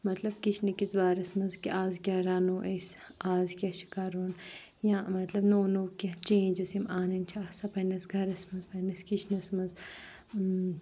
مَطلب کِچنہٕ کِس بارس منز کہِ آز کیاہ رَنو أسۍ آز کیاہ چھِ کَرُن یا مَطلب نوٚو نوٚو کینٛہہ چینجس یِم اَنٕنۍ چھِ آسان پَننِس گرَس منز پَننِس کِچنَس منز